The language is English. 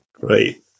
great